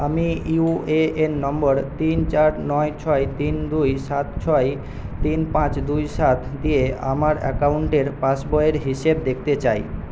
আমি ইউএএন নম্বর তিন চার নয় ছয় তিন দুই সাত ছয় তিন পাঁচ দুই সাত দিয়ে আমার অ্যাকাউন্টের পাসবইয়ের হিসেব দেখতে চাই